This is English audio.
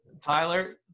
Tyler